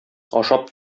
ашап